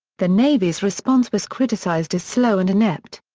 the navy's response was criticized as slow and inept.